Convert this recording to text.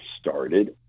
started